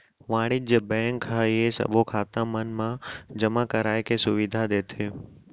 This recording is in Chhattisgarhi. वाणिज्य बेंक ह ये सबो खाता मन मा जमा कराए के सुबिधा देथे